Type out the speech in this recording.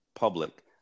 public